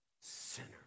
sinner